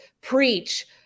preach